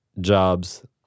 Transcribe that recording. jobs